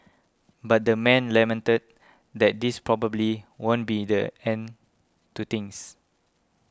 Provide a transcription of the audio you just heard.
but the man lamented that this probably won't be the end to things